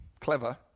clever